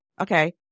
Okay